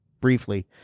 briefly